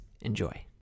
Enjoy